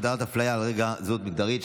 הגדרת הפליה על רקע זהות מגדרית),